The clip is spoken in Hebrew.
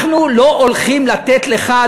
אנחנו לא הולכים לתת לך,